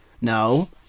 No